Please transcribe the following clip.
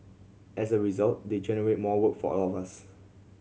as a result they generate more work for all of us